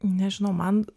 nežinau man